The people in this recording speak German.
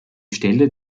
stelle